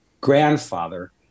grandfather